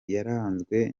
yaranzwe